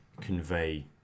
convey